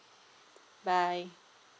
bye